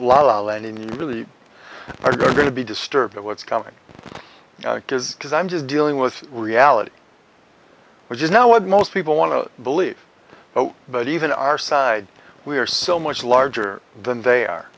la la land he really are going to be disturbed at what's coming because because i'm just dealing with reality which is now what most people want to believe but but even our side we are so much larger than they are